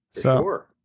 Sure